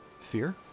Fear